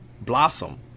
blossom